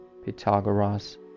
Pythagoras